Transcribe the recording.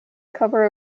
cover